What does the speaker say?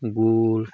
गुळ